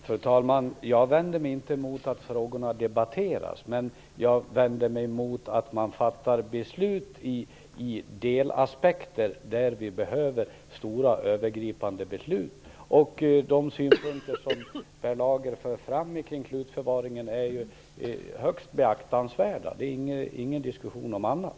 Fru talman! Jag vänder mig inte mot att frågorna debatteras, men jag vänder mig mot att man fattar beslut i delaspekter där vi behöver stora, övergripande beslut. De synpunkter på slutförvaringen som Per Lager för fram är högst beaktansvärda; det är inte tu tal om det.